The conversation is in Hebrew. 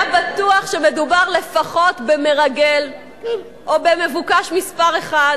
היה בטוח שמדובר לפחות במרגל או במבוקש מספר אחת,